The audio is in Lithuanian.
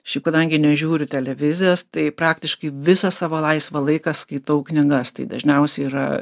šiaip kadangi nežiūriu televizijos tai praktiškai visą savo laisvą laiką skaitau knygas tai dažniausiai yra